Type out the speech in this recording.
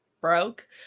broke